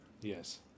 Yes